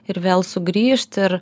ir vėl sugrįžt ir